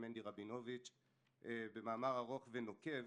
מנדי רבינוביץ במאמר ארוך ונוקב: